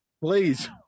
please